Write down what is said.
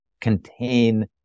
contain